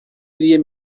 iria